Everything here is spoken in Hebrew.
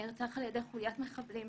ונרצח על ידי חוליית מחבלים,